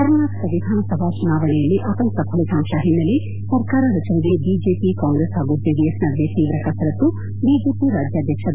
ಕರ್ನಾಟಕ ವಿಧಾನಸಭಾ ಚುನಾವಣೆಯಲ್ಲಿ ಅತಂತ್ರ ಫಲಿತಾಂಶ ಹಿನ್ನೆಲೆ ಸರ್ಕಾರ ರಚನೆಗೆ ಬಿಜೆಪಿ ಕಾಂಗ್ರೆಸ್ ಹಾಗೂ ಜೆಡಿಎಸ್ ನಡುವೆ ತೀವ್ರ ಕಸರತ್ತು ಬಿಜೆಪಿ ರಾಜ್ಯಾಧ್ಯಕ್ಷ ಬಿ